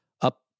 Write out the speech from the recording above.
up